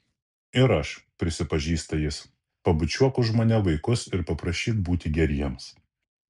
ir aš prisipažįsta jis pabučiuok už mane vaikus ir paprašyk būti geriems